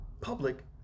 public